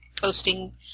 Posting